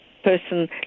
person